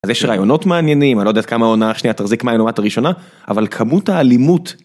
אז יש רעיונות מעניינים, אני לא יודע עד כמה העונה השנייה תחזיק מים מהעונה הראשונה, אבל כמות האלימות.